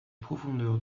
profondeur